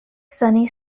sunny